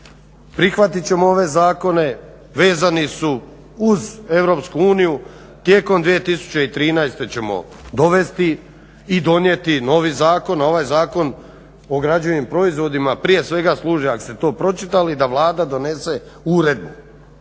Prihvatit ćemo ove zakone, vezani su uz EU. Tijekom 2013. ćemo dovesti i donijeti novi zakon, a ovaj Zakon o građevnim proizvodima prije svega služi ako ste to pročitali da Vlada donese uredbu.